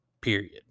period